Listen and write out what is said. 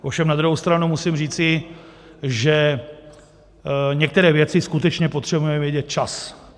Ovšem na druhou stranu musím říci, že některé věci skutečně potřebujeme vědět včas.